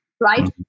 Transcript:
right